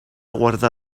guardar